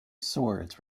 swords